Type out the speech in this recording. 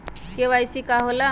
KYC का होला?